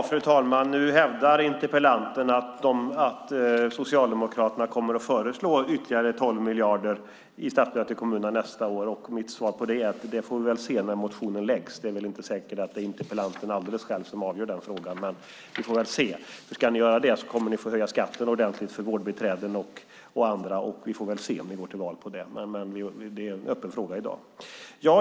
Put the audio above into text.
Fru talman! Nu hävdar interpellanten att Socialdemokraterna kommer att föreslå ytterligare 12 miljarder i statsbidrag till kommunerna nästa år. Mitt svar på det är att det får vi väl se när motionen läggs fram. Det är inte alldeles säkert att det är interpellanten själv som avgör den frågan. Ska ni göra det får ni höja skatten ordentligt för vårdbiträden och andra. Vi får väl se om ni går till val på det.